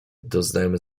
doznajemy